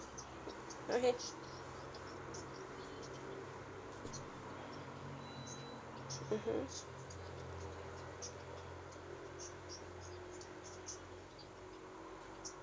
okay mmhmm